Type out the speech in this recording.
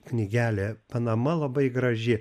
knygelę panama labai graži